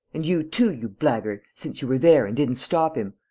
and you too, you blackguard, since you were there and didn't stop him!